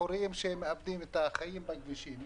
בחורים שמאבדים את חייהם בכבישים.